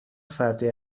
فردی